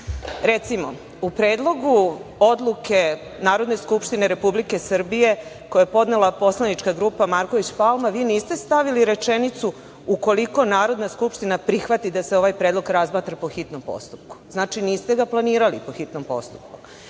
Recimo, u Predlogu odluke Narodne skupštine Republike Srbije, a koju je podnela poslanička grupa Marković Palma, vi niste stavili rečenicu – ukoliko Narodna skupština prihvati da se ovaj predlog razmatra po hitnom postupku. Znači niste ga planirali po hitnom postupku. Drugo,